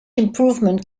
improvement